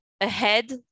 ahead